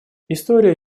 история